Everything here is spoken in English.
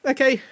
Okay